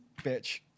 bitch